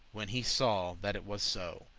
when he saw that it was so.